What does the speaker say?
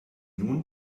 nun